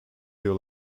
yol